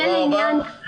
תודה רבה.